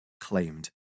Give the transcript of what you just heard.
claimed